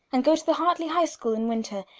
and go to the hartley high school in winter,